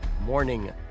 morning